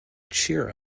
cheer